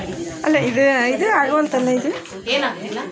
ಅಲ್ಲ ಇದು ಇದು ಆಗುವಂತಲ್ಲ ಇದು